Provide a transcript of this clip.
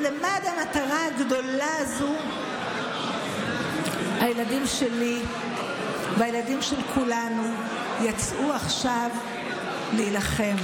ולמען המטרה הגדולה הזו הילדים שלי והילדים של כולנו יצאו עכשיו להילחם.